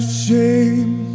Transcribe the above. shame